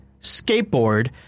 skateboard